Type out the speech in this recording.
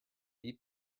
beat